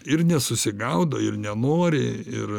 ir nesusigaudo ir nenori ir